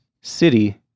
city